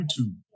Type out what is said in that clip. YouTube